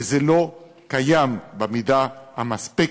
וזה לא קיים במידה המספקת.